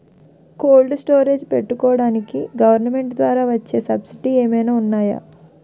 Cold storage పెట్టుకోడానికి government ద్వారా వచ్చే సబ్సిడీ ఏమైనా ఉన్నాయా?